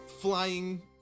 flying